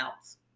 else